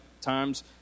times